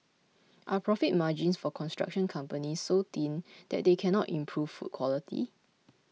are profit margins for construction companies so thin that they cannot improve food quality